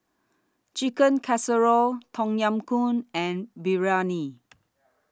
Chicken Casserole Tom Yam Goong and Biryani